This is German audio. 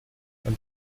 beim